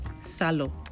salo